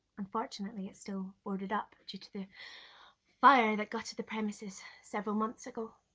unfortunately, it's still boarded up due to the fire that gutted the premises several months ago.